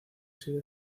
sido